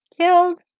killed